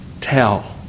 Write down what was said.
tell